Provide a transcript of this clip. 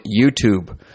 YouTube